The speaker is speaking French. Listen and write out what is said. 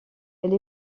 elle